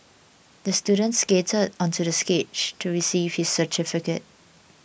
the student skated onto the stage to receive his certificate